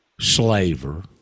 slaver